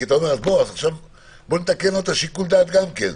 אתה אומר: נתקן גם את שיקול הדעת.